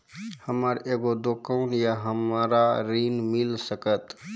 हमर एगो दुकान या हमरा ऋण मिल सकत?